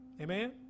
Amen